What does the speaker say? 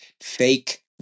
fake